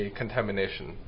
contamination